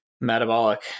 metabolic